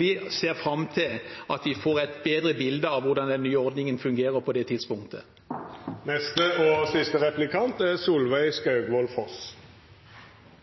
Vi ser fram til at vi får et bedre bilde av hvordan den nye ordningen fungerer på det